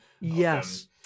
Yes